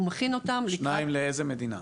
שהוא מכין אותם לקראת --- שניים לאיזו מדינה?